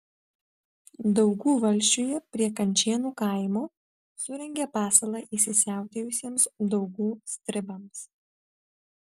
daugų valsčiuje prie kančėnų kaimo surengė pasalą įsisiautėjusiems daugų stribams